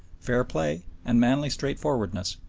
fairplay, and manly straightforwardness,